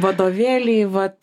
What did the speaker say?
vadovėlį vat